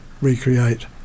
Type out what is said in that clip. recreate